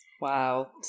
Wow